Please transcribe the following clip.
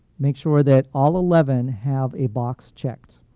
make sure that all eleven have a box checked.